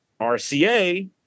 RCA